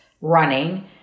running